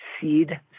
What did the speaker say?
Seed